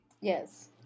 Yes